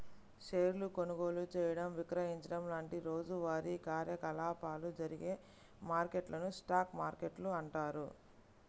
షేర్ల కొనుగోలు చేయడం, విక్రయించడం లాంటి రోజువారీ కార్యకలాపాలు జరిగే మార్కెట్లను స్టాక్ మార్కెట్లు అంటారు